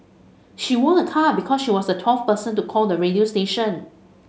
she won a car because she was the twelfth person to call the radio station